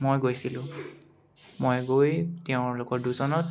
মই গৈছিলোঁ মই গৈ তেওঁলোকৰ দুজনক